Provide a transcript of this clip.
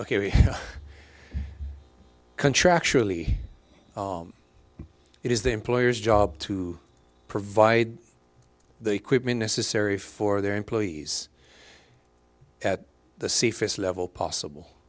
ok contractually it is the employer's job to provide the equipment necessary for their employees at the safest level possible